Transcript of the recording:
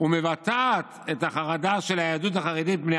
ומבטא את החרדה של היהדות החרדית מפני